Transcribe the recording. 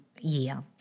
year